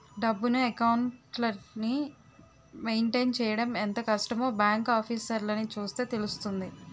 డబ్బును, అకౌంట్లని మెయింటైన్ చెయ్యడం ఎంత కష్టమో బాంకు ఆఫీసర్లని చూస్తే తెలుస్తుంది